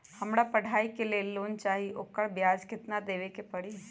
हमरा पढ़ाई के लेल लोन चाहि, ओकर ब्याज केतना दबे के परी?